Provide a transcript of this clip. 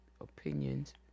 opinions